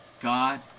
God